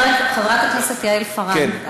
חברת הכנסת יעל פארן,